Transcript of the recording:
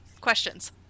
questions